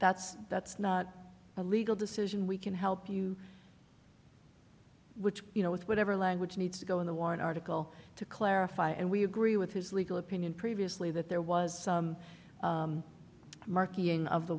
that's that's not a legal decision we can help you which you know with whatever language needs to go into one article to clarify and we agree with his legal opinion previously that there was some marking of the